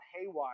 haywire